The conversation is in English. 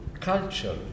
culture